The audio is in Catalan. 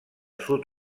sud